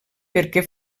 perquè